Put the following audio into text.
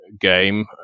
game